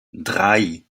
drei